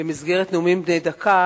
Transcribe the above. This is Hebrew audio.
במסגרת נאומים בני דקה,